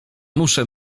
muszę